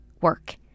work